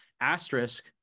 asterisk